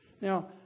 Now